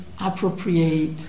appropriate